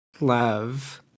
Love